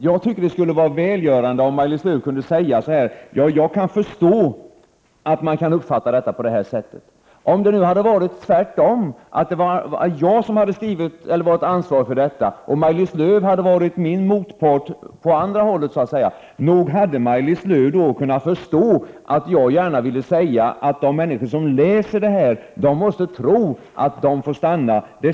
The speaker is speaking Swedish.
Jag tycker det skulle vara välgörande om Maj-Lis Lööw kunde säga: ”Jag kan förstå att man kan uppfatta saken på det här sättet.” Om det hade varit tvärtom, så att jag varit ansvarig för denna handläggning och Maj-Lis Lööw hade varit min motpart så att säga, nog hade Maj-Lis Lööw då kunnat förstå att jag gärna ville säga att de människor som läser det här måste tro att de får stanna?